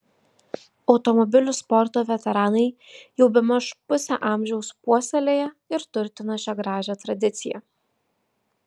automobilių sporto veteranai jau bemaž pusę amžiaus puoselėja ir turtina šią gražią tradiciją